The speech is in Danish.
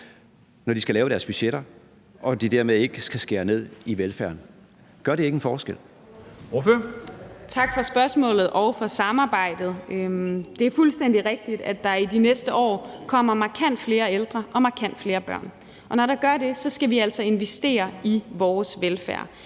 (Henrik Dam Kristensen): Ordføreren. Kl. 13:52 Mai Villadsen (EL): Tak for spørgsmålet og for samarbejdet. Det er fuldstændig rigtigt, at der i de næste år kommer markant flere ældre og markant flere børn. Og når der gør det, skal vi altså investere i vores velfærd.